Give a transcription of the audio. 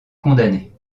condamnée